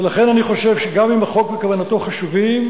ולכן אני חושב שגם אם החוק וכוונתו חשובים,